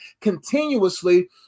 continuously